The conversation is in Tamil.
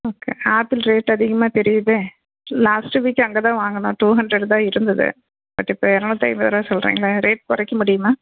ஓகே ஆப்பிள் ரேட் அதிகமாக தெரியிதே லாஸ்ட்டு வீக் அங்கேதான் வாங்குனேன் டூ ஹண்ட்ரட் தான் இருந்துது பட் இப்போ இரநூத்தைம்பது ரூபா சொல்கிறீங்ளே ரேட் குறைக்க முடியுமா